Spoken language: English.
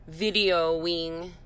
videoing